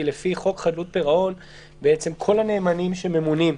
כי לפי חוק חדלות פירעון כל הנאמנים שממונים,